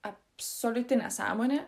absoliuti nesąmonė